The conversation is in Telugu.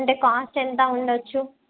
అంటే కాస్ట్ ఎంత ఉండవచ్చు